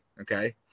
okay